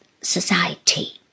society